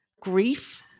grief